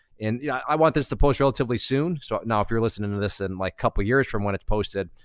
and you know i want this to post relatively soon. so now if you're listening to this in, like, couple years from when it's posted,